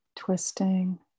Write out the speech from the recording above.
Twisting